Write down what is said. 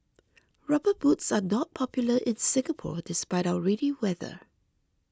rubber boots are not popular in Singapore despite our rainy weather